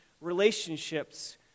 relationships